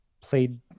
played